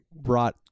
brought